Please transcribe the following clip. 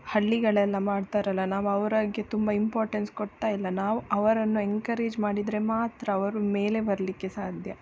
ಹಳ್ಳಿಗಳಲ್ಲಿ ಮಾಡ್ತಾರಲ್ಲ ನಾವವು ಅವ್ರಿಗೆ ತುಂಬ ಇಂಪಾರ್ಟೆನ್ಸ್ ಕೊಡ್ತಾಯಿಲ್ಲ ನಾವು ಅವರನ್ನು ಎನ್ಕರೇಜ್ ಮಾಡಿದರೆ ಮಾತ್ರ ಅವರು ಮೇಲೆ ಬರಲಿಕ್ಕೆ ಸಾಧ್ಯ